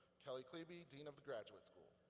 kelli klebe, dean of the graduate school.